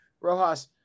Rojas